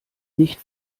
nicht